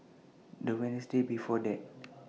The Wednesday before that